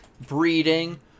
breeding